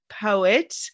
poet